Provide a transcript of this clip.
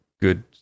good